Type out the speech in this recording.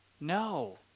No